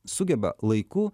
sugeba laiku